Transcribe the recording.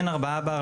בין 4 בר,